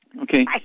Okay